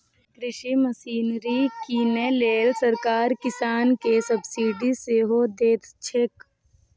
कृषि मशीनरी कीनै लेल सरकार किसान कें सब्सिडी सेहो दैत छैक